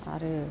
आरो